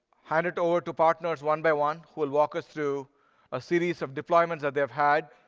hand it over to partners, one by one, who will walk us through a series of deployments that they've had,